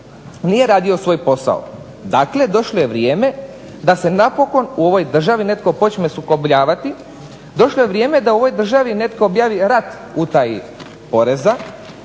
nije radio svoj posao. Dakle, došlo je vrijeme da se napokon u ovoj državi netko počne sukobljavati. Došlo je vrijeme da u ovoj državi netko objavi rat utaji poreza.